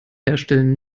herstellen